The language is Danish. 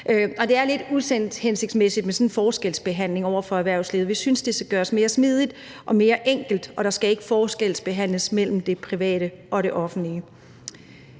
det er lidt uhensigtsmæssigt med sådan en forskelsbehandling over for erhvervslivet. Vi synes, at det skal gøres mere smidigt og mere enkelt, og der skal ikke forskelsbehandles mellem det private og det offentlige.